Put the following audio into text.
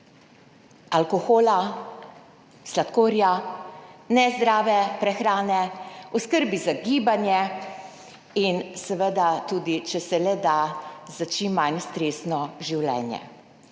alkohola, sladkorja, nezdrave prehrane, o skrbi za gibanje in seveda tudi, če se le da, o čim manj stresnem življenju.